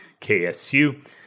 KSU